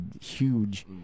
huge